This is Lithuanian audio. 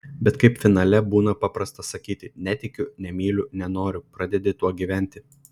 bet kaip finale būna paprasta sakyti netikiu nemyliu nenoriu pradedi tuo gyventi